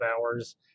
hours